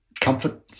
comfort